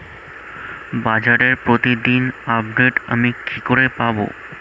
বাজারের প্রতিদিন আপডেট আমি কি করে পাবো?